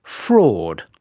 fraud.